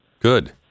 Good